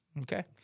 Okay